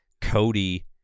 Cody